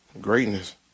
Greatness